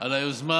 על היוזמה.